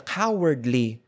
cowardly